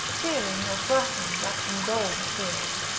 fearing no flashing that from gold appears.